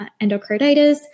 endocarditis